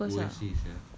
ya lah of course ah